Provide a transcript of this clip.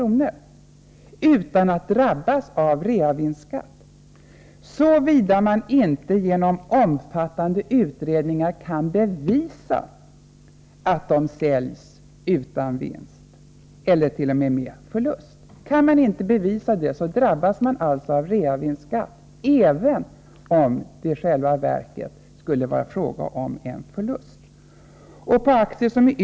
utan — Nr 118 att drabbas av reavinstskatt, såvida man inte genom omfattande utredningar Torsdagen den kan bevisa att aktierna säljs utan vinst eller t.o.m. med förlust. Kan man 5 april 1984 inte visa detta drabbas man alltså av reavinstskatt även om det i själva verket skulle vara fråga om en förlust.